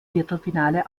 viertelfinale